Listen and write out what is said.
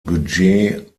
budget